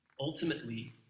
Ultimately